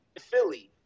Philly